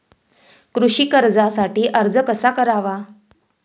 कृषी कर्जासाठी अर्ज कसा करावा?